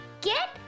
get